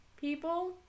people